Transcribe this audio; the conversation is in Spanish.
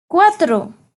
cuatro